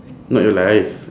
not your life